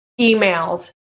emails